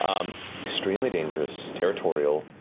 um extremely dangerous, territorial.